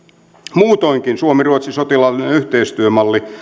muutoinkin suomen ja ruotsin sotilaallinen yhteistyömalli